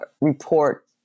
report